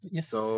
Yes